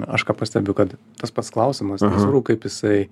aš ką pastebiu kad tas pats klausimas nesvarbu kaip jisai